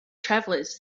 travelers